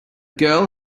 girl